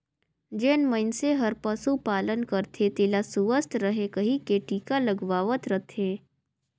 जेन मइनसे हर पसु पालन करथे तेला सुवस्थ रहें कहिके टिका लगवावत रथे